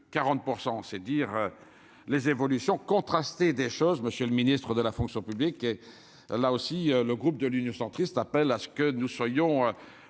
40 % c'est dire les évolutions contrastées des choses, monsieur le Ministre de la fonction publique et là aussi le groupe de l'Union centriste appelle à ce que nous soyons